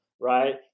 right